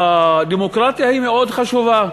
הדמוקרטיה היא מאוד חשובה,